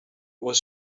was